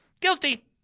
Guilty